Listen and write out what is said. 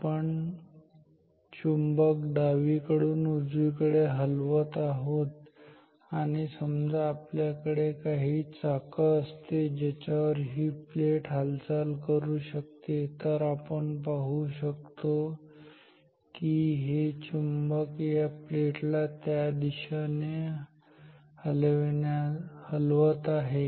आपण चुंबक डावीकडून उजवीकडे हलवत आहोत आणि समजा आपल्याकडे काही चाकं असते ज्यावर ही प्लेट हालचाल करू शकते तेव्हा आपण पाहू शकतो की हे चुंबक या प्लेट ला त्या दिशेने हलवत आहे